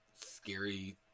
scary